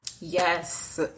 Yes